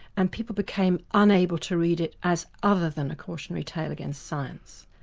and people became unable to read it as other than a cautionary tale against science.